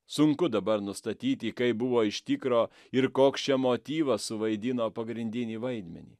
sunku dabar nustatyti kaip buvo iš tikro ir koks čia motyvas suvaidino pagrindinį vaidmenį